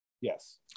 Yes